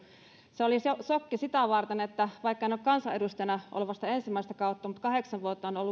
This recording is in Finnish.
se oli sokki sitä varten että vaikka kansanedustajana olen vasta ensimmäistä kautta niin kahdeksan vuotta olen ollut